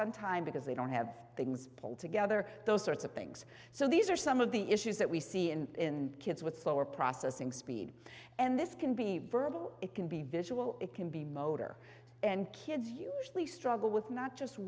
on time because they don't have things pull together those sorts of things so these are some of the issues that we see in kids with slower processing speed and this can be verbal it can be visual it can be motor and kids usually struggle with not just